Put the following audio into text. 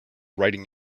riding